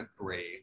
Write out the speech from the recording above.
agree